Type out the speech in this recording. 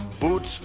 boots